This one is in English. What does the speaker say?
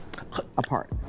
apart